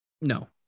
No